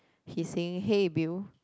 he's saying hey Bill